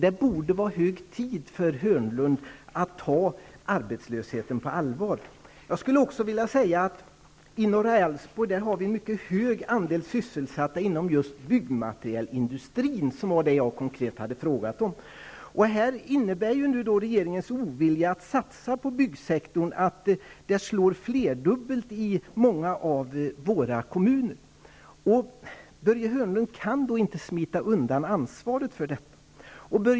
Det borde vara hög tid för Hörnlund att ta arbetslösheten på allvar. I norra Älvsborg finns en stor andel sysselsatta inom byggmaterielindustrin, som var det jag konkret hade frågat om. Regeringens ovilja att satsa på byggsektorn innebär att det slår flerdubbelt hårt i många av våra kommuner. Börje Hörnlund kan inte smita undan ansvaret för detta.